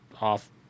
off